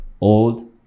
old